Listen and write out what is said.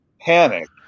panic